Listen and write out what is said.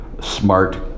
smart